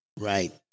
Right